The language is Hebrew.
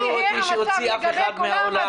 ------ אתם לא תגררו אותי שאוציא אף אחד מהאולם.